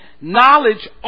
Knowledge